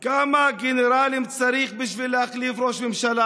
כמה גנרלים צריך בשביל להחליף ראש ממשלה?